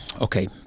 Okay